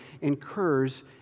incurs